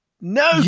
no